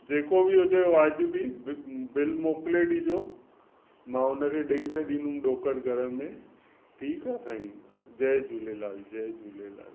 जेको बि हुजे वाजिबी बिल मोकिले ॾिजो मां हुन खे ॾेई छॾिंदुमि ॾोकड़ घर में ठीकु आहे साईं जय झूलेलाल जय झूलेलाल